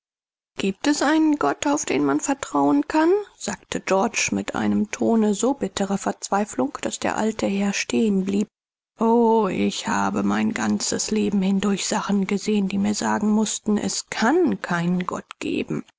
gibt es einen gott auf den man vertrauen kann sagte georg in einem tone so bitterer verzweiflung daß der alte mann dadurch in seiner rede stockte o ich habe mein ganzes leben lang so viele dinge gesehen die in mir das gefühl erzeugt haben daß es keinen gott geben